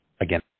again